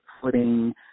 footing